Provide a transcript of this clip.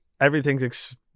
everything's